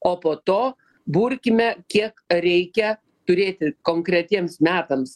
o po to burkime kiek reikia turėti konkretiems metams